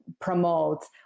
promotes